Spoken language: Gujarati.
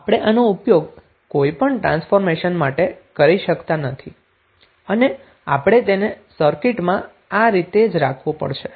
તો આપણે આનો ઉપયોગ કોઈપણ ટ્રાન્સફોર્મેશન માટે કરી શકતા નથી અને આપણે તેને સર્કિટમાં આ રીતે રાખવુ પડશે